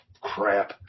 crap